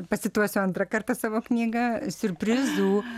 pacituosiu antrą kartą savo knygą siurprizų